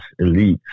elites